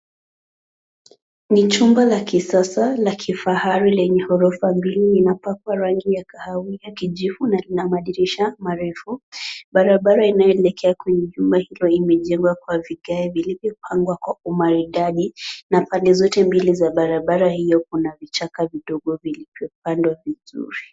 Ni jumba la kisasa la kifahari lenye ghorofa mbili. Inapakwa rangi ya kahawi na kijivu na lina madirisha marefu. Barabara inayoelekea kwenye jumba hilo imejengwa kwa vigae vilivyopangwa kwa umaridadi na pande zote mbili za barabara hiyo kuna vichaka vidogo vilivyopangwa vizuri.